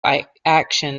action